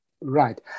Right